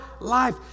life